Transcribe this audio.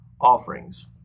offerings